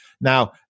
Now